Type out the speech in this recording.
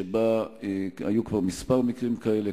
שבה היו כבר כמה מקרים כאלה,